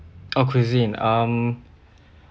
oh cuisine um